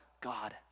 God